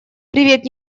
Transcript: привет